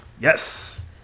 Yes